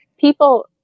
people